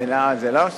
זה לא זה,